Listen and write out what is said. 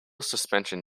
suspension